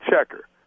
checker